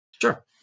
Sure